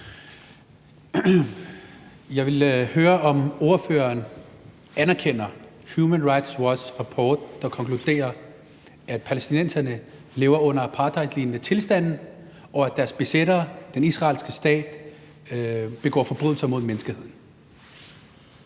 Jeg vil høre, om ordføreren anerkender Human Rights Watch's rapport, der konkluderer, at palæstinenserne lever under apartheidlignende tilstande, og at deres besættere, den israelske stat, begår forbrydelser mod menneskeheden.